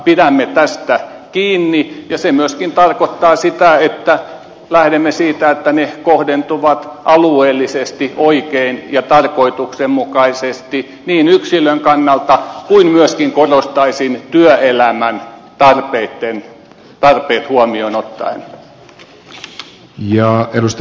pidämme tästä kiinni ja se myöskin tarkoittaa sitä että lähdemme siitä että ne kohdentuvat alueellisesti oikein ja tarkoituksenmukaisesti niin yksilön kannalta kuin myöskin korostaisin työelämän tarpeet huomioon ottaen